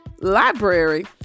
library